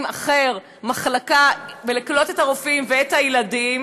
אחר מחלקה ולקלוט את הרופאים ואת הילדים,